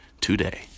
today